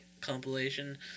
Compilation